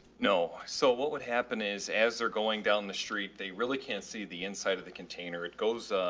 no. so what would happen is as they're going down the street, they really can't see the inside of the container. it goes, ah,